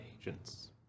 agents